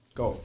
go